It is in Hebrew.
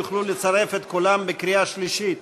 יוכלו לצרף את כולם בקריאה שלישית.